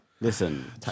listen